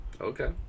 Okay